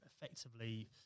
effectively